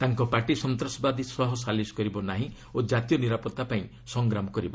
ତାଙ୍କ ପାର୍ଟି ସନ୍ତାସବାଦୀ ସହ ସାଲିସ କରିବ ନାହିଁ ଓ କାତୀୟ ନିରାପତ୍ତା ପାଇଁ ସଂଗ୍ରାମ କରିବ